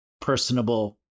personable